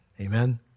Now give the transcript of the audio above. Amen